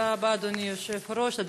תודה רבה, אדוני היושב-ראש.